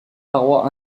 parois